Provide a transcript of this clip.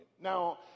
Now